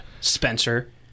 Spencer